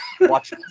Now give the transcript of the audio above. Watch